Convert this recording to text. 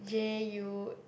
J U